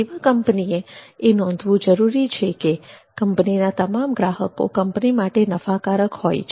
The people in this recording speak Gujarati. સેવા કંપનીએ એ નોંધવું જરૂરી છે કે કંપનીના તમામ ગ્રાહકો કંપની માટે નફાકારક હોય છે